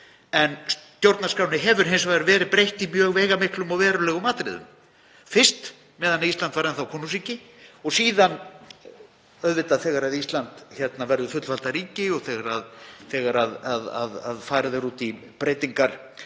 En stjórnarskránni hefur hins vegar verið breytt í mjög veigamiklum og verulegum atriðum, fyrst meðan Ísland var enn þá konungsríki og síðan þegar Ísland verður fullvalda ríki. Þegar farið er út í breytingar